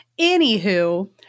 anywho